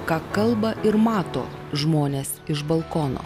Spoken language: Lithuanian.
ką kalba ir mato žmonės iš balkono